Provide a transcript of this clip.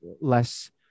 less